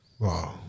Wow